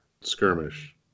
Skirmish